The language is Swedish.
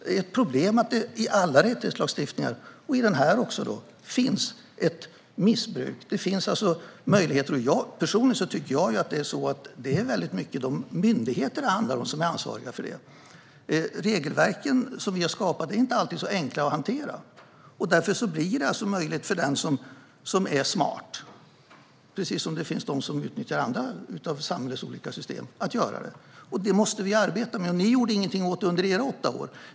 Det är ett problem i alla rättighetslagstiftningar, också i denna, att det finns ett missbruk. Det finns möjlighet till det. Personligen tycker jag att det handlar väldigt mycket om de myndigheter som är ansvariga. Regelverken vi har skapat är inte alltid så enkla att hantera, och därför blir det möjligt för den som är smart att utnyttja detta system - precis som att det finns de som utnyttjar andra av samhällets olika system. Detta måste vi arbeta med. Ni gjorde ingenting åt det under era åtta år.